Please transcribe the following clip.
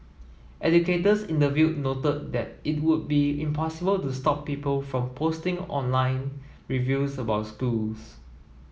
educators interviewed noted that it would be impossible to stop people from posting online reviews about schools